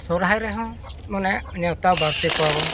ᱥᱚᱨᱦᱟᱭ ᱨᱮᱦᱚᱸ ᱢᱟᱱᱮ ᱱᱮᱣᱛᱟ ᱵᱟᱨᱛᱮ ᱠᱚᱣᱟ ᱵᱚᱱ